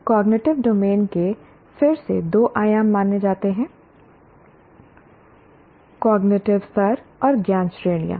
cognitive domain को फिर से दो आयाम माना जाता है कॉग्निटिव स्तर और ज्ञान श्रेणियां